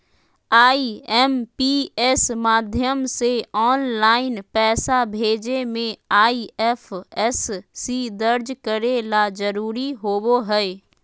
IMPS माध्यम से online पैसा भेजे मे आई.एफ.एस.सी दर्ज करे ला जरूरी होबो हय